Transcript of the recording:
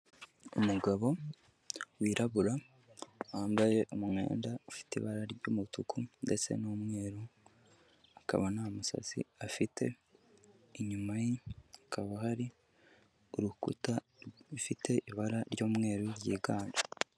Umugabo wirabura wambaye umwenda ufite ibara ry'umutuku ndetse n'umweru, akaba nta musatsi afite, inyuma ye hakaba hari urukuta rufite ibara ry'umweru ryiganje.